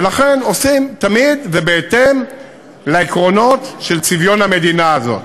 ולכן עושים תמיד ובהתאם לעקרונות של צביון המדינה הזאת,